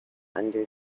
under